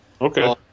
Okay